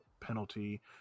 Penalty